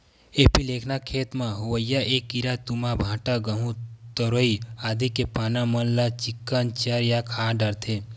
एपीलेकना खेत म होवइया ऐ कीरा तुमा, भांटा, गहूँ, तरोई आदि के पाना मन ल चिक्कन चर या खा डरथे